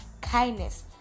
kindness